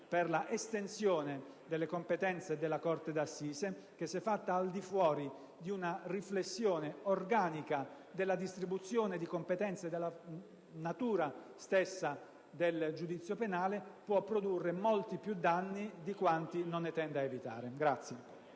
per l'estensione delle competenze della corte d'assise che, se fatta al di fuori di una riflessione organica sulla distribuzione di competenze e sulla natura stessa del giudizio penale, può produrre molti più danni di quanti non tenda ad evitare.